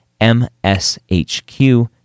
MSHQ